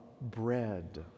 bread